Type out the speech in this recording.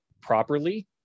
properly